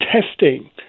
testing